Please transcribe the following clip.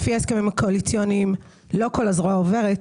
לפי ההסכמים הקואליציוניים לא כל הזרוע עוברת,